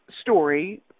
story